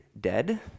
dead